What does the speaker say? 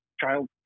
child